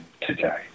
today